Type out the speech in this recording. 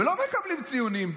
ולא מקבלים ציונים.